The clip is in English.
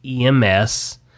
EMS